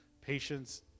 Patience